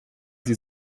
sie